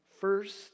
first